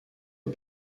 aux